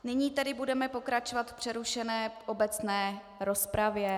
Nyní tedy budeme pokračovat v přerušené obecné rozpravě.